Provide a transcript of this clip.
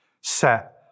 set